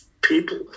people